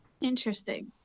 Interesting